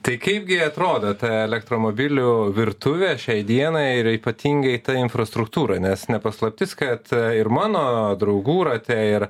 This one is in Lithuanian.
tai kaipgi atrodo ta elektromobilių virtuvė šiai dienai ir ypatingai ta infrastruktūra nes ne paslaptis kad ir mano draugų rate ir